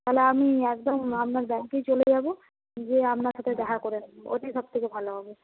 তাহলে আমি একদম আপনার ব্যাংকেই চলে যাবো যেয়ে আপনার সাথে দেখা করে নেবো ওটাই সব থেকে ভালো হবে